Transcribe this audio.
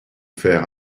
faire